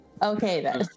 Okay